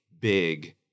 big